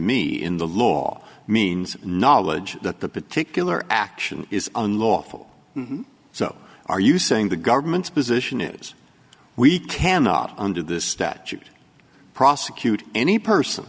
me in the law means knowledge that the particular action is unlawful so are you saying the government's position is we cannot under this statute prosecute any person